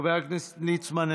חבר הכנסת ליצמן,